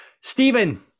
Stephen